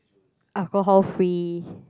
alcohol free